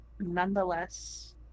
nonetheless